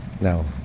no